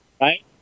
Right